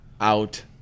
out